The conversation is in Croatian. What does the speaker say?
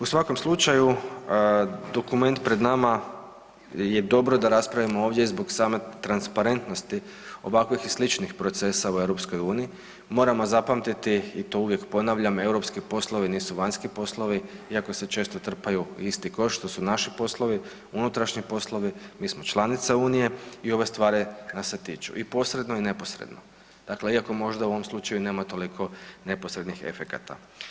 U svakom slučaju dokument pred nama je dobro da raspravimo ovdje zbog same transparentnosti ovakvih i sličnih procesa u EU, moramo zapamtiti i to uvijek ponavljam europski poslovi nisu vanjski poslovi iako se često trpaju u isti koš, to su naši poslovi, unutrašnji poslovi, mi smo članica unije i ove stvari nas se tiču i posredno i neposredno, dakle iako možda u ovom slučaju nema toliko neposrednih efekata.